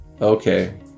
Okay